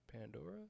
Pandora